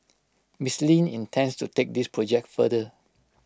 Mister Lin intends to take this project further